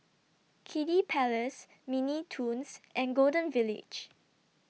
Kiddy Palace Mini Toons and Golden Village